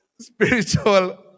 spiritual